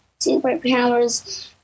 Superpowers